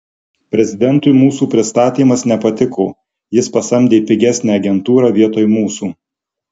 prezidentui mūsų pristatymas nepatiko jis pasamdė pigesnę agentūrą vietoj mūsų